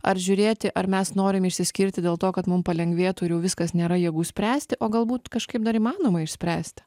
ar žiūrėti ar mes norim išsiskirti dėl to kad mum palengvėtų ir jau viskas nėra jėgų spręsti o galbūt kažkaip dar įmanoma išspręsti